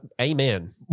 Amen